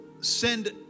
send